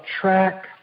track